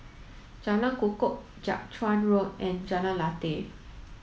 Jalan Kukoh Jiak Chuan Road and Jalan Lateh